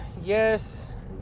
Yes